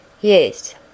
Yes